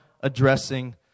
addressing